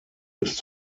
ist